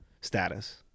status